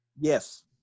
Yes